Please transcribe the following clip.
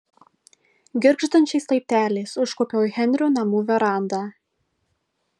girgždančiais laipteliais užkopiau į henrio namų verandą